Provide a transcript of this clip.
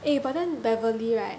eh but then beverly right